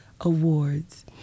awards